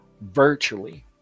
virtually